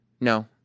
No